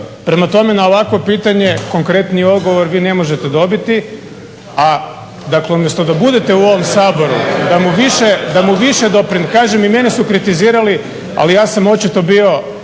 Prema tome, na ovakvo pitanje konkretniji odgovor vi ne možete dobiti. A, dakle umjesto da budete u ovom Saboru, da mu više doprinesete, kažem i mene su kritizirali ali ja sam očito bio,